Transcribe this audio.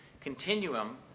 continuum